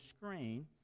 screen